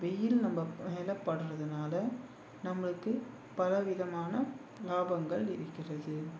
வெயில் நம்ம மேலே படுறதுனால நம்மளுக்கு பலவிதமான லாபங்கள் இருக்கிறது